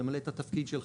למלא את התפקיד שלך.